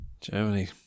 Germany